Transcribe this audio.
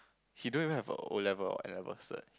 he don't even have a O-level or N-level cert